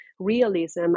realism